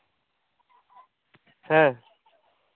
ᱦᱮᱸ